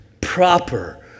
proper